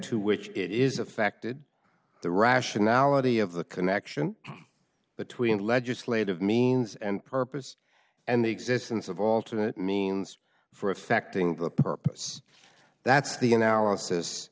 to which it is affected the rationality of the connection between legislative means and purpose and the existence of alternate means for affecting the purpose that's the analysis